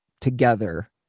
together